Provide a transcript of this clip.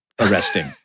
arresting